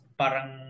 parang